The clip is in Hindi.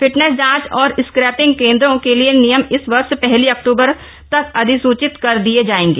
फिटनेस जांच और स्क्रैपिंग केन्द्रो के लिए नियम इस वर्ष पहली अक्टूबर तक अधिसूचित कर दिये जाएंगे